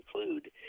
include